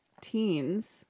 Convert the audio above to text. teens